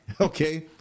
Okay